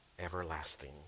everlasting